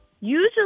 Usually